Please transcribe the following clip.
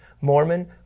Mormon